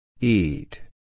Eat